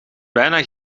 bijna